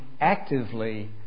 actively